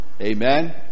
amen